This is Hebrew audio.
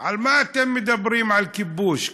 מה אתם מדברים על כיבוש?